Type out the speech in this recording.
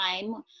time